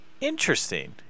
Interesting